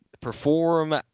perform